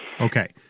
Okay